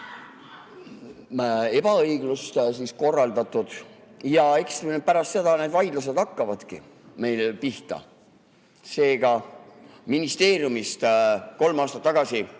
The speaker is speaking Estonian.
ebaõiglust korraldatud. Ja eks pärast seda need vaidlused hakkavadki meil pihta. Seega, ministeeriumist kolm aastat tagasi